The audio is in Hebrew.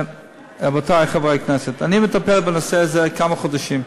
רבותי חברי הכנסת, אני מטפל בנושא הזה כמה חודשים.